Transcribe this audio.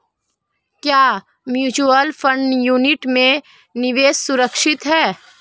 क्या mutual fund unit में निवेश सुरक्षित है?